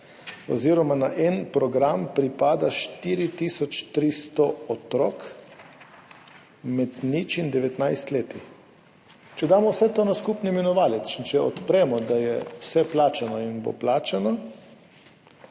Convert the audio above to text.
oziroma na en program pripada 4 tisoč 300 otrok med 0 in 19 leti. Če damo vse to na skupni imenovalec in če odpremo, da je vse plačano in bo plačano,